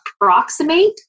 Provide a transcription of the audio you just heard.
approximate